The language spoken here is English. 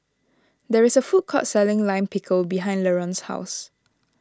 there is a food court selling Lime Pickle behind Laron's house